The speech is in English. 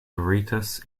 veritas